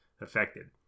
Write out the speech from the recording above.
affected